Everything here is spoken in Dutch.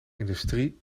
industrie